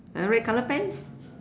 uh red colour pants